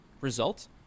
result